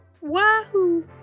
Wahoo